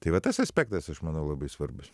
tai va tas aspektas aš manau labai svarbus